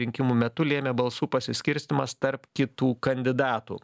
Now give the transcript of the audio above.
rinkimų metu lėmė balsų pasiskirstymas tarp kitų kandidatų